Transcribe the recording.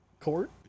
court